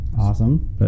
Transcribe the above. Awesome